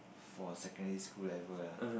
for a secondary school level lah